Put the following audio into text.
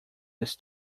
this